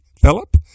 Philip